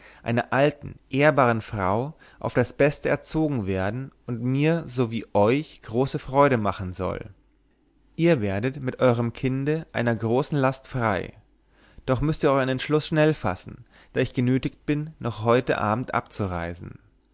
einer alten ehrbaren frau auf das beste erzogen werden und mir sowie euch große freude machen soll ihr werdet mit euerm kinde einer großen last frei doch müßt ihr euern entschluß schnell fassen da ich genötigt bin noch heute abend abzureisen